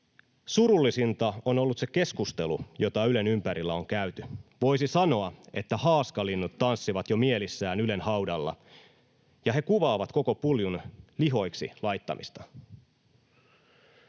”surullisinta on ollut se keskustelu, jota Ylen ympärillä on käyty. Voisi sanoa, että haaskalinnut tanssivat jo mielissään Ylen haudalla ja hekumoivat koko puljun lihoiksi laittamisesta.”